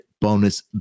bonus